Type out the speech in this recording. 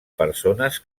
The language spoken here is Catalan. persones